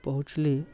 पहुँचली